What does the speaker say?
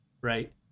right